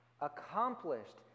accomplished